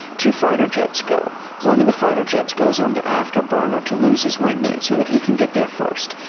two fighter jets go one of the fighter jets goes onto afterburners to lose his wingmate so that he can get there first.